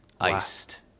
iced